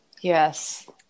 Yes